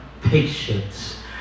patience